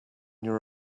year